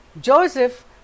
joseph